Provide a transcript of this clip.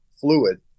fluid